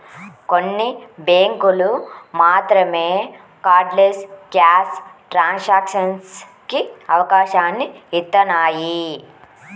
కొన్ని బ్యేంకులు మాత్రమే కార్డ్లెస్ క్యాష్ ట్రాన్సాక్షన్స్ కి అవకాశాన్ని ఇత్తన్నాయి